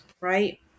Right